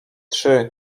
trzy